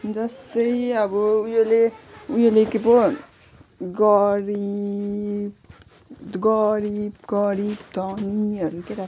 जस्तै अब उयोले उयोले के पो गरिब गरिब गरिब धनीहरू क्या त